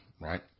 right